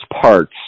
parts